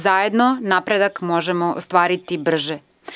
Zajedno napredak možemo ostvariti brže.